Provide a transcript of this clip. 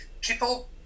people